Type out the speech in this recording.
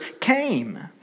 came